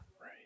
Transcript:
right